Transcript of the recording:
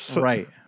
Right